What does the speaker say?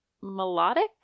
melodic